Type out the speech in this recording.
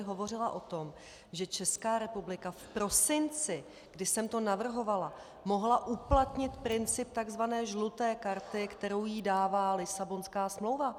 Hovořila jsem tady o tom, že Česká republika v prosinci, kdy jsem to navrhovala, mohla uplatnit princip tzv. žluté karty, kterou jí dává Lisabonská smlouva.